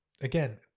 again